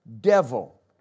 devil